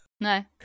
No